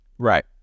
Right